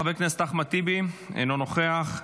חבר הכנסת אחמד טיבי, אינו נוכח,